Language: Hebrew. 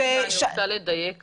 אני רוצה לדייק כאן.